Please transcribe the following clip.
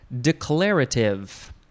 declarative